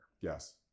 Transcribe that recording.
Yes